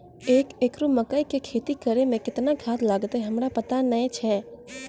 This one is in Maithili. एक एकरऽ मकई के खेती करै मे केतना खाद लागतै हमरा पता नैय छै?